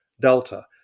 delta